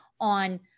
on